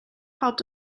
helped